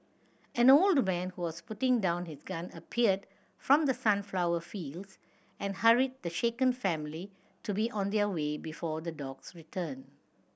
an old man who was putting down his gun appeared from the sunflower fields and hurried the shaken family to be on their way before the dogs return